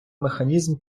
механізми